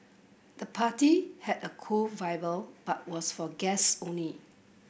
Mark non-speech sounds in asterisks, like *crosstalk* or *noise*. the party had a cool *unintelligible* but was for guest only